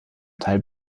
teil